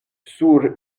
sur